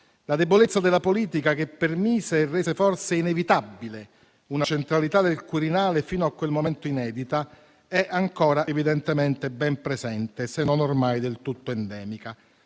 La debolezza della politica, che permise e rese forse inevitabile una centralità del Quirinale fino a quel momento inedita, è ancora evidentemente ben presente, se non ormai del tutto endemica.